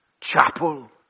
Chapel